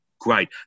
great